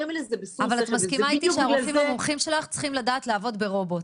אבל את מסכימה איתי שהרופאים המומחים שלך צריכים לדעת לעבוד ברובוט?